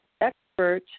expert